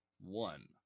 one